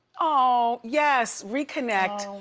ah yes, reconnect.